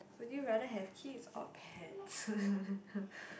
would you rather have kids or pets